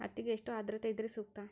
ಹತ್ತಿಗೆ ಎಷ್ಟು ಆದ್ರತೆ ಇದ್ರೆ ಸೂಕ್ತ?